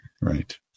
Right